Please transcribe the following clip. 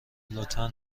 لطفا